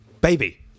baby